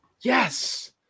yes